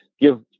give